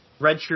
redshirt